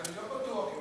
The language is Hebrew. אני לא בטוח,